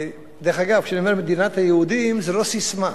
ודרך אגב, כשאני אומר "מדינת היהודים" זו לא ססמה,